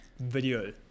video